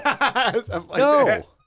No